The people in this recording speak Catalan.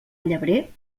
llebrer